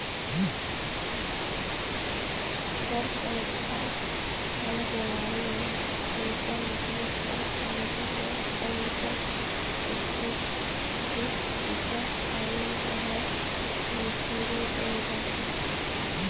गरभपात वाला बेमारी में लइका निकले कर जघा में कंचा चिपपिता पानी बोहाए ले सुरु होय जाथे